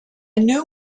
new